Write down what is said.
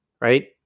right